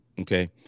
Okay